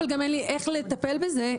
אבל גם אין לי איך לטפל בזה.